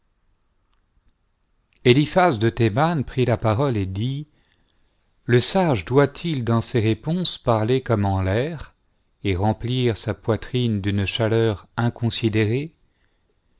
eliphaz de théman prit la parole et dit le sage doit-il dans ses réponses parler comme en l'air et remplir sa poitrine d'une chaleur inconsidérée